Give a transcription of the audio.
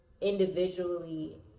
individually